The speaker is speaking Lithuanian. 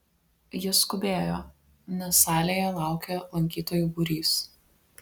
jis skubėjo nes salėje laukė lankytojų būrys